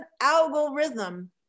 algorithm